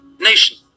nation